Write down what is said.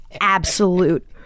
Absolute